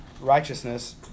Righteousness